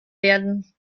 werden